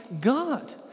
God